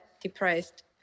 depressed